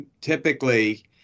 typically